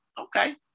okay